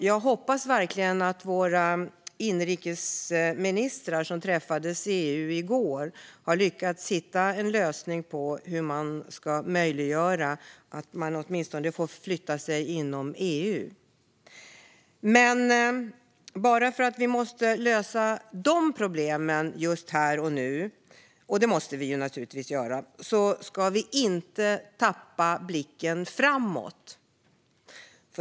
Jag hoppas verkligen att EU:s inrikesministrar, som träffades i går, har lyckats hitta en lösning på hur det ska möjliggöras att personer åtminstone får förflytta sig inom EU. Men bara för att vi måste lösa dessa problem här och nu - det måste vi naturligtvis - ska vi inte tappa blicken framåt.